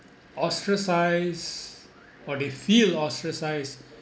ostracise or they feel ostracised